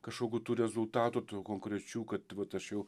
kažkokių tų rezultatų tų konkrečių kad vat aš jau